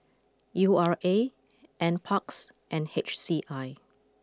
U R A Nparks and H C I